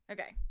Okay